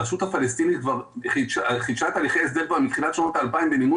הרשות הפלסטינית כבר חידשה את תהליכי ההסדר מתחילת שנות ה-2000 במימון